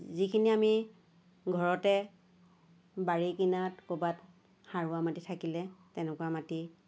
যিখিনি আমি ঘৰতে বাৰীৰ কিনাৰত ক'ৰবাত সাৰুৱা মাটি থাকিলে তেনেকুৱা মাটি